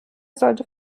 sollte